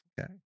Okay